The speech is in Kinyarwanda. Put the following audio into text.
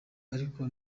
ariko